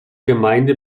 gemeinde